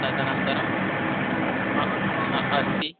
तदनन्तरम् अ हा अस्ति